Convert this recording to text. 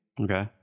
Okay